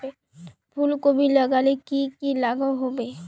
फूलकोबी लगाले की की लागोहो होबे?